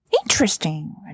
Interesting